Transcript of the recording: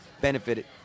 benefited